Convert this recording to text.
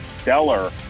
stellar